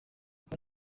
kwa